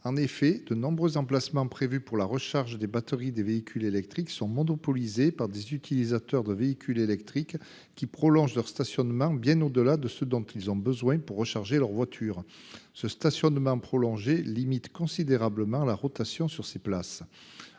En effet, de nombreux emplacements prévus pour la recharge des batteries des véhicules électriques sont monopolisés par des utilisateurs de véhicules électriques qui prolongent leur stationnement bien au-delà de ce dont ils ont besoin pour recharger leur voiture. Ce stationnement prolongé limite considérablement la rotation sur ces places.